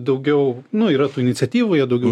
daugiau nu yra tų iniciatyvų jie daugiau